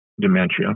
dementia